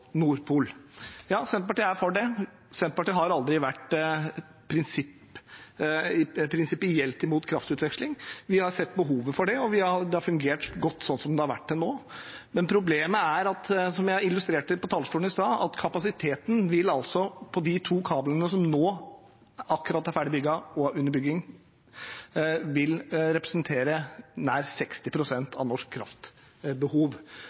Senterpartiet er for det. Senterpartiet har aldri vært prinsipielt imot kraftutveksling. Vi har sett behovet for det, og det har fungert godt sånn som det har vært til nå. Men problemet er, som jeg illustrerte på talerstolen i stad, at kapasiteten på disse kablene, de som nå akkurat er ferdig bygd, og de som er under bygging, vil representere nær 60